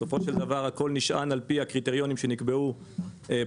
בסופו של דבר הכול נשען על הקריטריונים שנקבעו בחוק